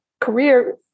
career